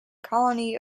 colony